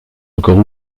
encore